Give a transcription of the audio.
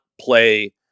play